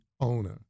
owner